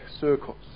circles